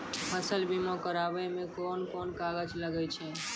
फसल बीमा कराबै मे कौन कोन कागज लागै छै?